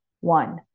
one